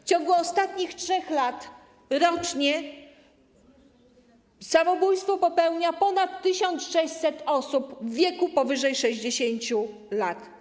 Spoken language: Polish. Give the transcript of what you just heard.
W ciągu ostatnich 3 lat rocznie samobójstwo popełniło ponad 1600 osób w wieku powyżej 60 lat.